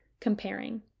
comparing